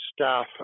staff